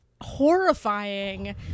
horrifying